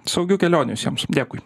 saugių kelionių visiems dėkui